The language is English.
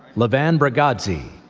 levan bregadze,